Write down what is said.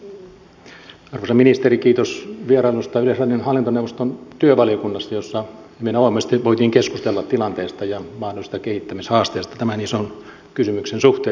arvoisa ministeri kiitos vierailusta yleisradion hallintoneuvoston työvaliokunnassa jossa hyvin avoimesti voitiin keskustella tilanteesta ja mahdollisista kehittämishaasteista tämän ison kysymyksen suhteen